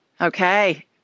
Okay